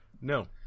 No